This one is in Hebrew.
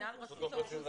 מנכ"ל רשות האוכלוסין